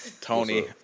Tony